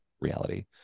reality